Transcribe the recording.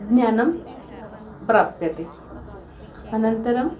ज्ञानं प्राप्यते अनन्तरम्